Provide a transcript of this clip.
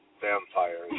vampire